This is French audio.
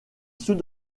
sous